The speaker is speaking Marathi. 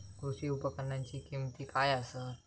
कृषी उपकरणाची किमती काय आसत?